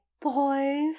Boys